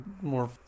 more